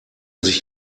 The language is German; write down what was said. sich